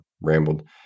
rambled